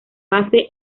base